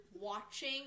watching